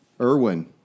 Irwin